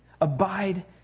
abide